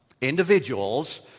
individuals